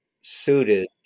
suited